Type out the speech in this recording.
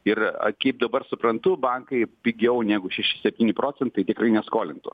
ir a kaip dabar suprantu bankai pigiau negu šeši septyni procentai tikrai neskolintų